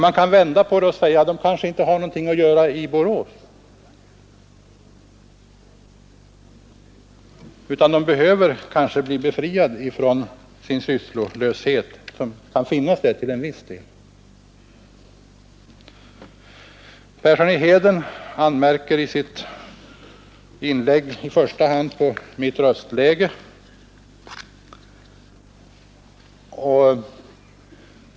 Man kan vända på det och säga att de kanske inte har någonting att göra i Borås utan behöver bli befriade från den sysslolöshet som kan finnas där. Herr Persson i Heden anmärkte i sitt inlägg i första hand på mitt röstläge.